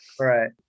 Right